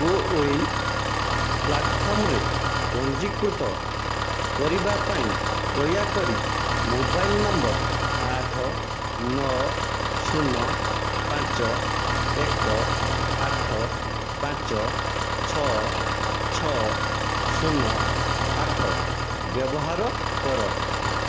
କୋୱିିନ୍ ପ୍ଲାଟଫର୍ମରେେ ପଞ୍ଜୀକୃତ କରିବା ପାଇଁ ଦୟାକରି ମୋବାଇଲ୍ ନମ୍ବର ଆଠ ନଅ ଶୂନ ପାଞ୍ଚ ଏକ ଆଠ ପାଞ୍ଚ ଛଅ ଛଅ ଶୂନ ଆଠ ବ୍ୟବହାର କର